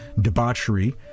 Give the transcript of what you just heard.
debauchery